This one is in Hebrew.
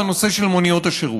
בנושא של מוניות השירות.